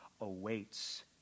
awaits